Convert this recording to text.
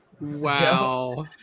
Wow